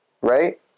Right